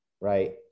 right